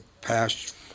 past